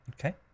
Okay